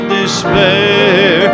despair